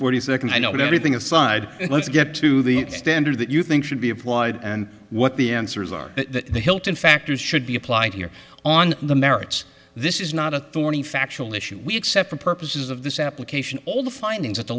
forty seconds i know but everything aside let's get to the standard that you think should be applied and what the answers are that the hilton factors should be applied here on the merits this is not a thorny factual issue we accept for purposes of this application all the findings at the